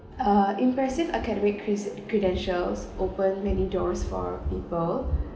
uh impressive academic cre~ credentials opened many doors for people